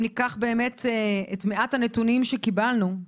אם ניקח באמת את מעט הנתונים שקיבלנו,